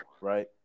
right